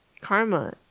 karma